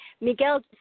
Miguel